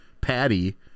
patty